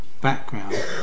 background